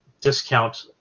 discount